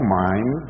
mind